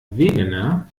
wegener